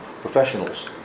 professionals